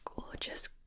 gorgeous